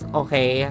okay